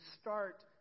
start